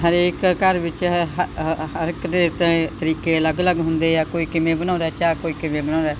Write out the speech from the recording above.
ਹਰੇਕ ਘਰ ਵਿੱਚ ਹਰ ਇੱਕ ਦੇ ਤ ਤਰੀਕੇ ਅਲੱਗ ਅਲੱਗ ਹੁੰਦੇ ਆ ਕੋਈ ਕਿਵੇਂ ਬਣਾਉਂਦਾ ਚਾਹ ਕੋਈ ਕਿਵੇਂ ਬਣਾਉਂਦਾ